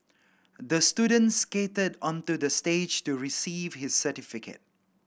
the student skated onto the stage to receive his certificate